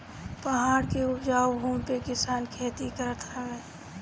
पहाड़ के उपजाऊ भूमि पे किसान खेती करत हवे